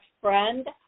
friend